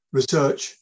research